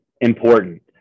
Important